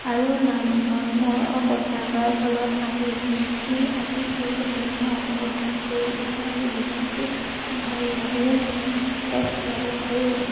আৰু নাম ধৰ্ম প্ৰচাৰ কৰাৰ ফলত আমি আমি সেই ধৰ্ম গ্ৰহণ কৰি এতিয়া আমি জীৱনটো ভালদৰে এ চলাব পাৰোঁ